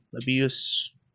abuse